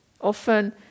often